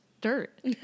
dirt